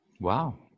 Wow